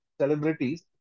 celebrities